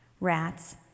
rats